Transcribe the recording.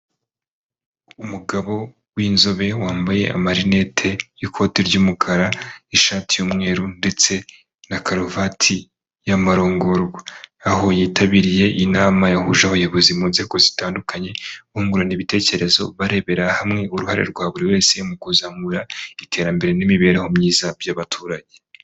Umugabo w'inzobe wambaye amarinete y'ikoti ry'umukara, n'ishati y'umweru ndetse na karuvati ya marongorwa. aho yitabiriye inama yahuje abayobozi mu nzego zitandukanye bungurana ibitekerezo barebera hamwe uruhare rwa buri wese mu kuzamura iterambere n'imibereho myiza by'abaturage.